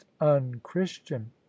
unchristian